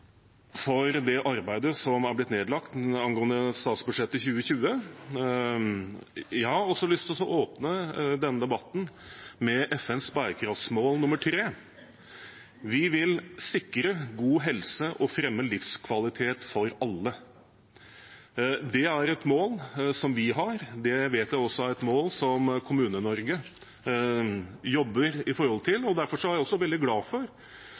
for det arbeidet som er lagt ned angående statsbudsjettet 2020. Jeg har lyst til å åpne denne debatten med FNs bærekraftsmål nr. 3: Vi vil sikre god helse og fremme livskvalitet for alle. Det er et mål som vi har, og det vet jeg også er et mål som Kommune-Norge jobber med. Derfor er jeg veldig glad for